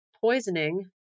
poisoning